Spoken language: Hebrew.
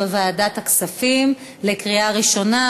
לוועדת הכספים נתקבלה.